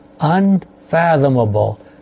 unfathomable